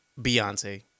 Beyonce